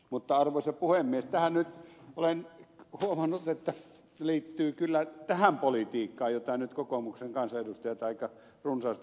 mutta arvoisa puhemies olen huomannut että tämä liittyy kyllä tähän politiikkaan jota nyt kokoomuksen kansanedustajat aika runsaasti harrastavat